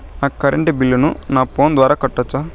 నా కరెంటు బిల్లును నా ఫోను ద్వారా కట్టొచ్చా?